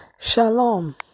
Shalom